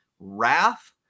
wrath